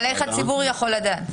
אבל איך הציבור יכול לדעת?